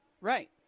Right